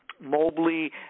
Mobley